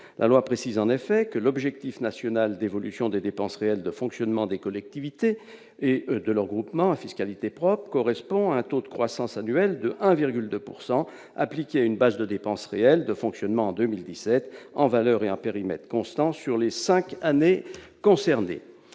La loi précise en effet que l'objectif national d'évolution des dépenses réelles de fonctionnement des collectivités et de leurs groupements à fiscalité propre correspond à un taux de croissance annuel de 1,2 %, appliqué à une base de dépenses réelles de fonctionnement en 2017, en valeur et à périmètre constant, sur les cinq années concernées.